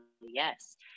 Yes